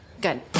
good